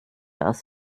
aus